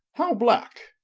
how black?